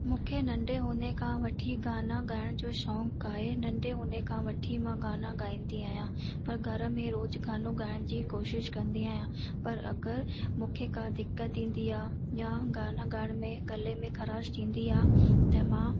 मूंखे नंढे हूंदे खां वठी गाना ॻाइण जो शौक़ु आहे नंढे हूंदे खां वठी मां गाना ॻाईंदी आहियां पर घर में रोज़ु गानो ॻाइण जी कोशिश कंदी आहियां पर अगरि मूंखे का दिक़त ईंदी आहे या गाना ॻाइण में गले में खराश थींदी आहे त मां